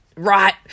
Right